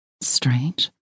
Strange